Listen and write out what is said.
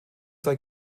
sei